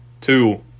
two –